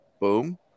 Boom